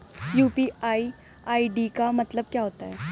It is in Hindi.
यू.पी.आई आई.डी का मतलब क्या होता है?